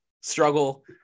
struggle